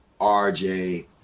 RJ